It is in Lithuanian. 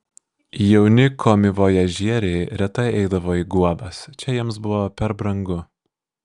jauni komivojažieriai retai eidavo į guobas čia jiems buvo per brangu